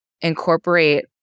incorporate